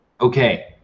Okay